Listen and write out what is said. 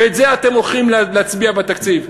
על זה אתם הולכים להצביע בתקציב.